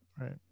Right